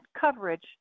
coverage